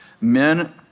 Men